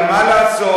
אבל מה לעשות,